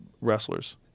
wrestlers